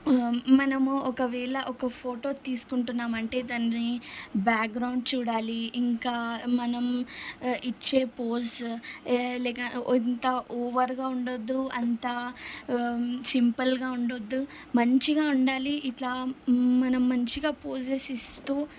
మనము ఒకవేళ ఒక ఫోటో తీసుకుంటున్నామంటే దాన్ని బ్యాక్గ్రౌండ్ చూడాలి ఇంకా మనము ఇచ్చే ఫోజు లే లేక ఇంత ఓవర్గా ఉండొద్దు అంతా సింపుల్గా ఉండొద్దు మంచిగా ఉండాలి ఇట్లా మనం మంచిగా పోజస్ ఇస్తూ